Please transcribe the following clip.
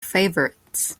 favourites